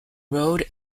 road